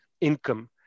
income